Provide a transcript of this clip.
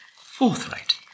Forthright